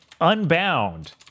Unbound